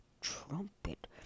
trumpet